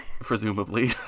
presumably